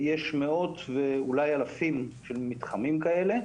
יש מאות ואולי אלפים של מתחמים כאלה.